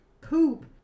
poop